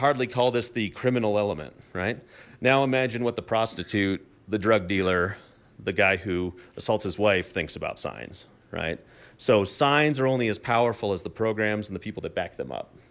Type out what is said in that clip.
hardly call this the criminal element right now imagine what the prostitute the drug dealer the guy who assaults his wife thinks about signs right so signs are only as powerful as the programs and the people that back them up